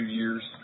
years